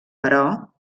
però